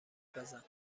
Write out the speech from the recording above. پزم